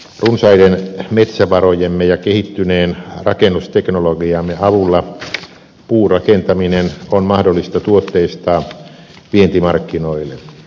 runsaiden metsävarojemme ja kehittyneen rakennusteknologiamme avulla puurakentaminen on mahdollista tuotteistaa vientimarkkinoille